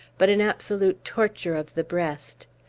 but an absolute torture of the breast.